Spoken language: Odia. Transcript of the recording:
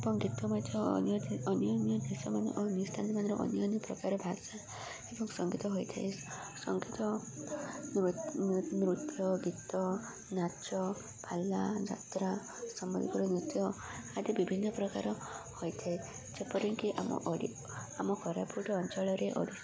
ଏବଂ ଗୀତ ମଧ୍ୟ ଅନ୍ୟ ଅନ୍ୟ ଦେଶ ଅନ୍ୟ ସ୍ଥାନ ମାନର ଅନ୍ୟ ଅନ୍ୟ ପ୍ରକାର ଭାଷା ଏବଂ ସଙ୍ଗୀତ ହୋଇଥାଏ ସଙ୍ଗୀତ ନୃତ୍ୟ ଗୀତ ନାଚ ପାଲା ଯାତ୍ରା ସମ୍ବଲପୁର ନୃତ୍ୟ ଆଦି ବିଭିନ୍ନ ପ୍ରକାର ହୋଇଥାଏ ଯେପରିକି ଆମ ଆମ କୋରାପୁଟ ଅଞ୍ଚଳରେ ଓଡ଼ିଶା